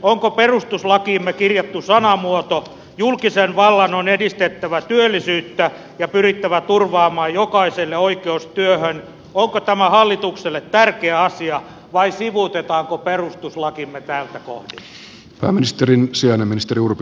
onko perustuslakiimme kirjattu sanamuoto julkisen vallan on edistettävä työllisyyttä ja pyrittävä turvaamaan jokaiselle oikeus työhön hallitukselle tärkeä asia vai sivuutetaanko perustuslakimme tältä kohdin